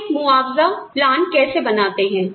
हम एक मुआवजा प्लान कैसे बनाते हैं